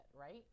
right